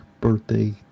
birthday